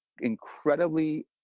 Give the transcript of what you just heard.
incredibly